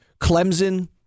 Clemson